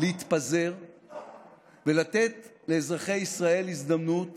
להתפזר ולתת לאזרחי ישראל הזדמנות